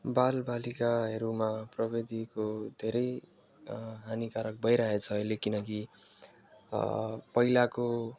बाल बालिकाहरूमा प्रविधिको धेरै हानिकारक भइरहेछ अहिले किनकि पहिलाको